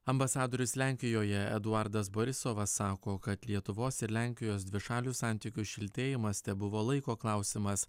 ambasadorius lenkijoje eduardas borisovas sako kad lietuvos ir lenkijos dvišalių santykių šiltėjimas tebuvo laiko klausimas